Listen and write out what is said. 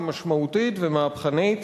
משמעותית ומהפכנית.